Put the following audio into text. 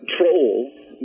troll